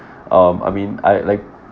um I mean I like